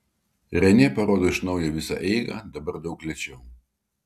renė parodo iš naujo visą eigą dabar daug lėčiau